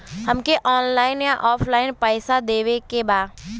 हमके ऑनलाइन या ऑफलाइन पैसा देवे के बा?